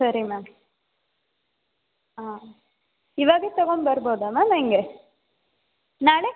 ಸರಿ ಮ್ಯಾಮ್ ಹಾಂ ಇವಾಗ್ಲೇ ತಗೊಂಡ್ಬರ್ಬೊದಾ ಮ್ಯಾಮ್ ಹೆಂಗೆ ನಾಳೆ